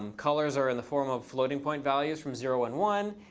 um colors are in the form of floating point values from zero and one.